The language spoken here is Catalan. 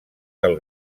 del